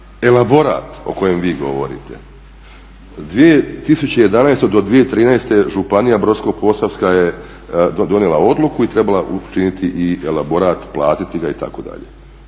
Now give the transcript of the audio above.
Elaborat o kojem vi govorite, 2011.do 2013.županija Brodsko-posavska je donijela odluku i trebala učiniti elaborat, platiti ga itd.,